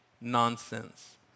nonsense